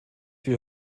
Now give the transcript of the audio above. will